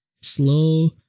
slow